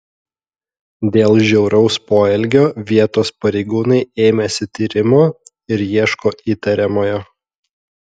dėl žiauraus poelgio vietos pareigūnai ėmėsi tyrimo ir ieško įtariamojo